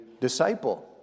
disciple